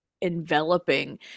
enveloping